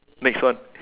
next one